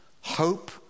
Hope